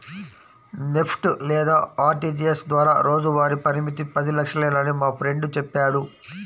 NEFT లేదా RTGS ద్వారా రోజువారీ పరిమితి పది లక్షలేనని మా ఫ్రెండు చెప్పాడు